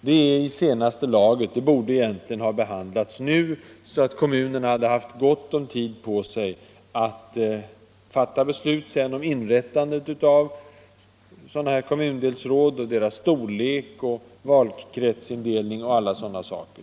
Frågan borde egentligen ha behandlats nu, så att kommunerna hade haft god tid på sig för att besluta om inrättandet av kommundelsråd, om deras storlek, om valkretsindelning och alla sådana saker.